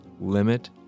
limit